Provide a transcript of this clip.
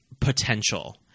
potential